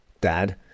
dad